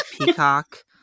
peacock